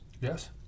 Yes